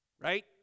right